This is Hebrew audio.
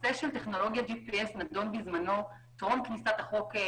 הנושא של טכנולוגיית ג'י.פי.אס נדון בזמנו טרום כניסת החוק.